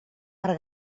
per